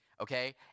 Okay